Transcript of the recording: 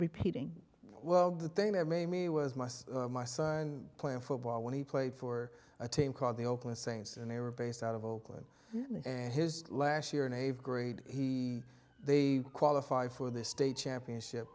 repeating well the thing that made me was most my son playing football when he played for a team called the oakland saints and they were based out of oakland and his last year in a grade he they qualify for the state championship